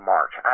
March